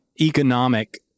economic